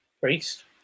Priest